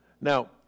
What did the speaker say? Now